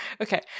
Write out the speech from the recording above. Okay